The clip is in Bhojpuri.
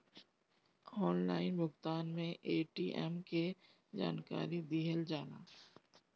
ऑनलाइन भुगतान में ए.टी.एम के जानकारी दिहल जाला?